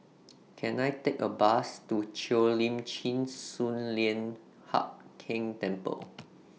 Can I Take A Bus to Cheo Lim Chin Sun Lian Hup Keng Temple